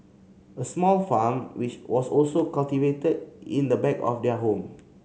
a small farm which was also cultivated in the back of their home